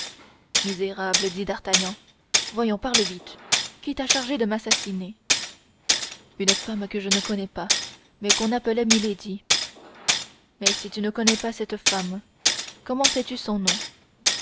dit d'artagnan voyons parle vite qui t'a chargé de m'assassiner une femme que je ne connais pas mais qu'on appelle milady mais si tu ne connais pas cette femme comment sais-tu son nom